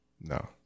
No